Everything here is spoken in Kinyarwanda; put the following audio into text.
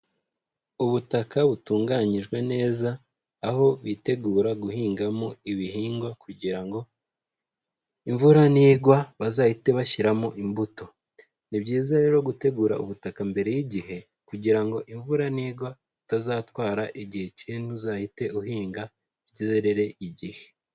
Ubutaka butunganyijwe neza, aho bitegura guhingamo ibihingwa kugira ngo imvura nigwa bazahite bashyiramo imbuto, ni byiza rero gutegura ubutaka mbere y'igihe kugira ngo imvura nigwa utazatwara igihe cyinini, uzahite uhinga bizererere igihe.